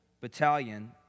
battalion